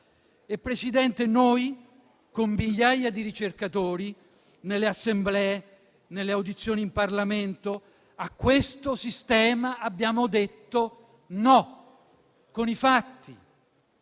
Presidente, con migliaia di ricercatori, nelle assemblee e nelle audizioni in Parlamento, noi a questo sistema abbiamo detto di no, con i fatti.